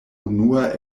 unua